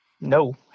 No